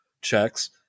checks